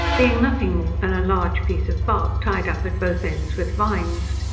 being nothing more than a large piece of bark tied up at both ends with vines.